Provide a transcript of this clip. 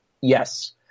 Yes